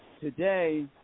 today